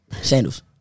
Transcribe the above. sandals